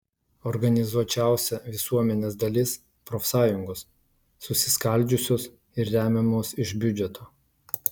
organizuočiausia visuomenės dalis profsąjungos susiskaldžiusios ir remiamos iš biudžeto